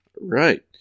Right